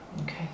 Okay